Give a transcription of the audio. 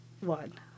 one